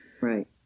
Right